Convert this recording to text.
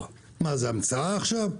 זאת המצאה עכשיו?